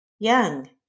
Young